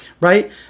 right